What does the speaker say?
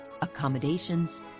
accommodations